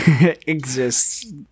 exists